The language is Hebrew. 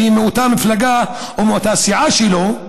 שהיא מאותה מפלגה ומאותה סיעה שלו.